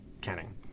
Canning